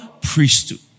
priesthood